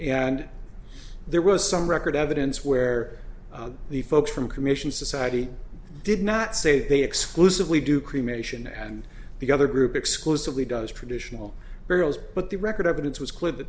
and there was some record evidence where the folks from commission society did not say they exclusively do cremation and the other group exclusively does traditional burials but the record evidence was cl